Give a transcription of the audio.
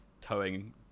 towing